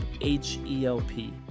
H-E-L-P